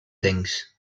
things